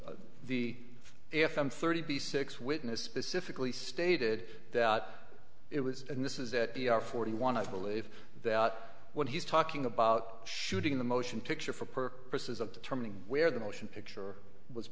this the f m thirty six witness specifically stated that it was and this is at the hour forty one i believe that what he's talking about shooting the motion picture for purposes of determining where the motion picture was